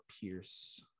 Pierce